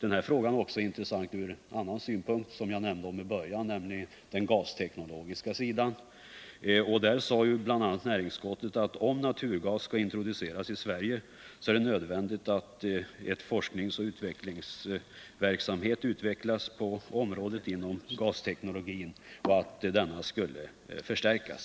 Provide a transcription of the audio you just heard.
den här frågan också är intressant ur en annan synpunkt som jag nämnde i början av mitt inlägg, nämligen när det gäller den gasteknologiska sidan. Där sade näringsutskottet bl.a., att om naturgas skall introduceras i Sverige är det nödvändigt att forskningsoch utvecklingsverksamheten inom gasteknologins område förstärks.